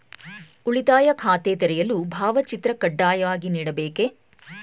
ಉಳಿತಾಯ ಖಾತೆ ತೆರೆಯಲು ಭಾವಚಿತ್ರ ಕಡ್ಡಾಯವಾಗಿ ನೀಡಬೇಕೇ?